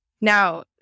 Now